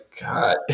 God